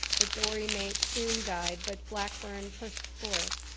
the dorymate soon died, but blackburn pushed forth,